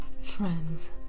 friends